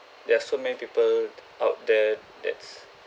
there are so many people out there that's